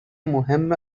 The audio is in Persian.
مهم